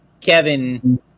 Kevin